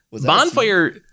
Bonfire